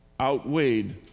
outweighed